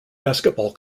basketball